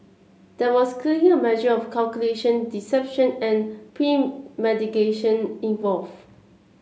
there was clearly a measure of calculation deception and premeditation involved